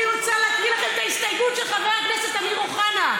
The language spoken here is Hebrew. אני רוצה להקריא לכם את ההסתייגות של חבר הכנסת אמיר אוחנה: